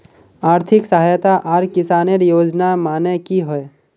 आर्थिक सहायता आर किसानेर योजना माने की होय?